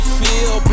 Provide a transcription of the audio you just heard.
feel